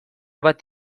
bat